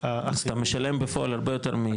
אז אתה משלם בפועל הרבה יותר.